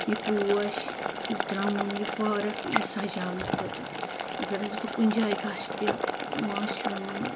یہِ پوش یہِ دَرٛمُن یہِ پارک یہِ سجاونہٕ خٲظرٕ اَگر حظ بہٕ کُنہِ جایہِ گَژھٕ تہِ ماسہِ ہُنٛد